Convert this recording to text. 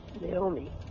Naomi